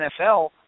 NFL